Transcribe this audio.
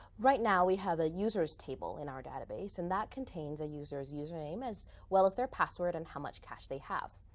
right now we have the users table in our database. and that contains the ah user's username as well as their password, and how much cash they have.